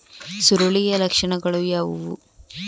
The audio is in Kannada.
ಸುರುಳಿಯ ಲಕ್ಷಣಗಳು ಯಾವುವು?